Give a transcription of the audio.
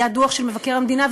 היה דוח של מבקר המדינה,